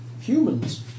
humans